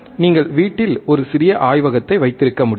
நீங்கள் வீட்டில் ஒரு சிறிய ஆய்வகத்தை வைத்திருக்க முடியும்